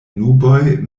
nuboj